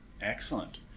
Excellent